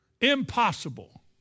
impossible